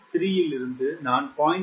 3 இலிருந்து நான் 0